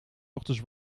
ochtends